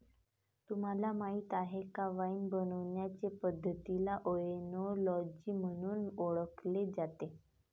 तुम्हाला माहीत आहे का वाइन बनवण्याचे पद्धतीला ओएनोलॉजी म्हणून ओळखले जाते